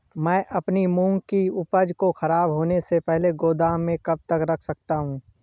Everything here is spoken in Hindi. मैं अपनी मूंग की उपज को ख़राब होने से पहले गोदाम में कब तक रख सकता हूँ?